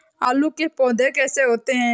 आलू के पौधे कैसे होते हैं?